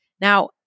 Now